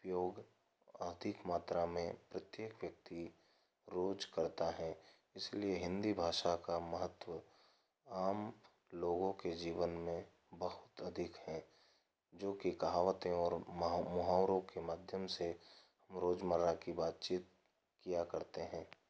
उपयोग अधिक मात्रा में प्रत्येक व्यक्ति रोज करता है इसलिए हिंदी भाषा का महत्व आम लोगों के जीवन में बहुत अधिक है जो कि कहावतें और मुहावरों की माध्यम से रोज मर्रा की बातचीत किया करते है